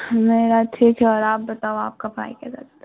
میرا ٹھیک ہے اور آپ بتاؤ آپ کا پڑھائی کیسا چل رہا